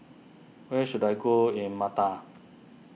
where should I go in Malta